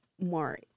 more